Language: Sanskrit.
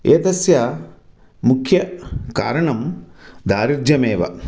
एतस्य मुख्यकारणं दारिद्र्यमेव